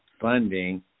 funding